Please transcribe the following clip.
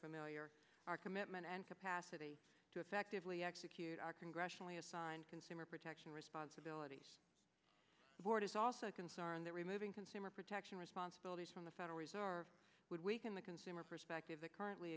familiar our commitment and capacity to effectively execute our congressionally assigned consumer protection responsibilities board is also a concern that removing consumer protection responsibilities from the federal reserve would weaken the consumer perspective that currently